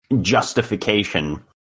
justification